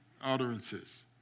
utterances